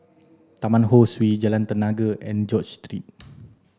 Taman Ho Swee Jalan Tenaga and George Street